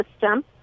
system